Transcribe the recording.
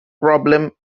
problem